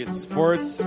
sports